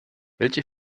welche